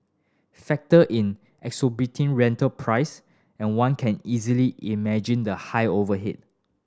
factor in exorbitant rental price and one can easily imagine the high overhead